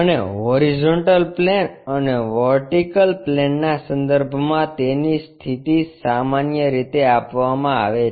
અને horizontal plane અને vertical પ્લેનના સંદર્ભમાં તેની સ્થિતિ સામાન્ય રીતે આપવામાં આવે છે